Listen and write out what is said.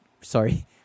Sorry